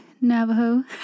Navajo